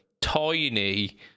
tiny